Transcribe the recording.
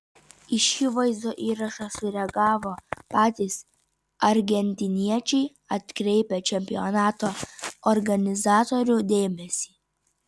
į šį vaizdo įrašą sureagavo patys argentiniečiai atkreipę čempionato organizatorių dėmesį